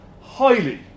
highly